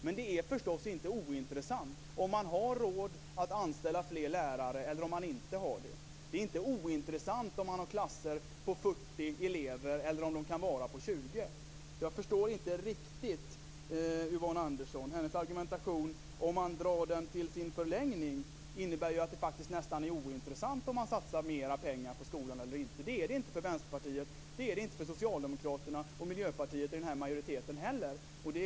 Men det är förstås inte ointressant om man har råd att anställa fler lärare eller inte. Det är inte ointressant med klasser på 40 elever eller 20. Jag förstår inte riktigt Yvonne Anderssons argumentation. I sin förlängning innebär den att det är ointressant att satsa mer pengar på skolorna. Det är det inte för Vänsterpartiet, Socialdemokraterna och Miljöpartiet i den här majoriteten.